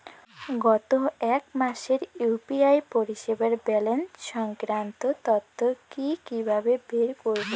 গত এক মাসের ইউ.পি.আই পরিষেবার ব্যালান্স সংক্রান্ত তথ্য কি কিভাবে বের করব?